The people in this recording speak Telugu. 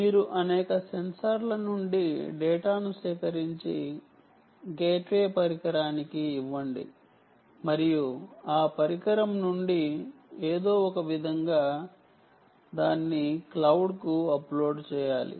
మీరు అనేక సెన్సార్ల నుండి డేటాను సేకరించి గేట్వే పరికరానికి ఇవ్వండి మరియు ఆ పరికరం నుండి ఏదో ఒకవిధంగా దాన్ని క్లౌడ్కు అప్లోడ్ చేయాలి